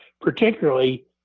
particularly